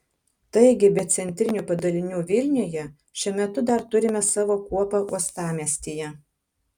taigi be centrinių padalinių vilniuje šiuo metu dar turime savo kuopą uostamiestyje